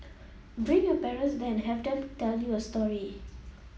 bring your parents there and have them tell you a story